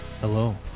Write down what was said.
Hello